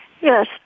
Yes